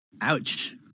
Ouch